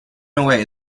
away